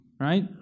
right